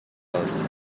жатабыз